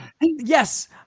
Yes